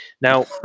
Now